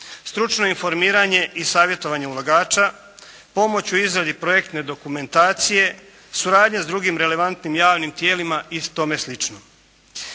stručno informiranje i savjetovanje ulagača, pomoć u izradi projektne dokumentacije, suradnja s drugim relevantnim javnim tijela i tome slično.